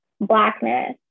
Blackness